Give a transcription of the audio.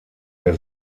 der